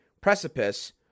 precipice